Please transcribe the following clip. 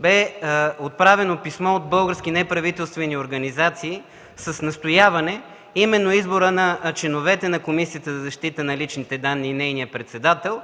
бе отправено писмо от български неправителствени организации с настояване именно изборът на членовете на Комисията за защита на личните данни и нейният председател